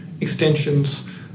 extensions